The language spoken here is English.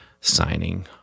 signing